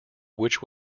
which